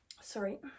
Sorry